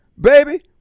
baby